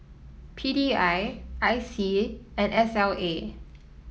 P D I I C and S L A